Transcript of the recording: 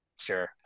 Sure